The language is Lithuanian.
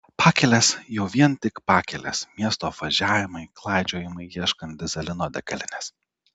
pakelės jau vien tik pakelės miestų apvažiavimai klaidžiojimai ieškant dyzelino degalinės